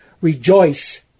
Rejoice